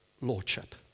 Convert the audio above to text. lordship